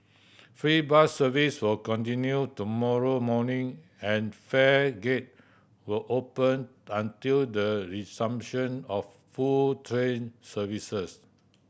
free bus service will continue tomorrow morning and fare gate will open until the resumption of full train services